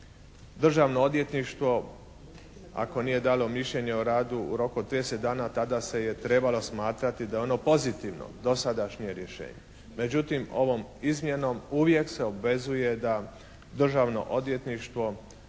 Državno odvjetništvo ako nije dalo mišljenje o radu u roku od 30 dana, tada se je trebalo smatrati da je ono pozitivno dosadašnje rješenje. Međutim, ovom izmjenom uvijek se obvezuje da Državno odvjetništvo